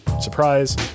Surprise